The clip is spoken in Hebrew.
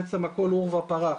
בעצם הכול עורבא פרח,